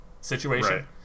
situation